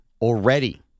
already